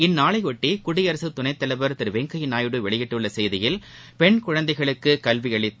இந்நாளைபொட்டிகுடியரசுதுணைத்தலைவர் திருவெங்கையாநாயுடு வெளியிட்டுள்ளசெய்தியில் பெண் குழந்தைகளுக்குகல்விஅளித்து